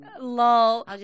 Lol